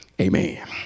Amen